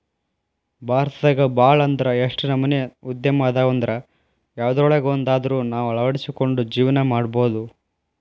ಭಾರತದಾಗ ಭಾಳ್ ಅಂದ್ರ ಯೆಷ್ಟ್ ನಮನಿ ಉದ್ಯಮ ಅದಾವಂದ್ರ ಯವ್ದ್ರೊಳಗ್ವಂದಾದ್ರು ನಾವ್ ಅಳ್ವಡ್ಸ್ಕೊಂಡು ಜೇವ್ನಾ ಮಾಡ್ಬೊದು